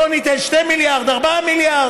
בואו ניתן 2 מיליארד, 4 מיליארד.